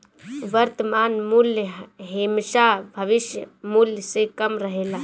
वर्तमान मूल्य हेमशा भविष्य मूल्य से कम रहेला